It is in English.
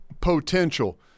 potential